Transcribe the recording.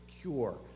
cure